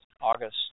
August